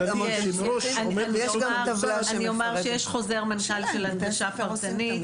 אני אומר שיש חוזר מנכ"ל של הנגשה פרטנית